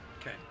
Okay